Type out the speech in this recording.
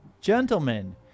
Gentlemen